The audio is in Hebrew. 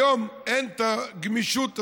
היום אין את הגמישות הזאת,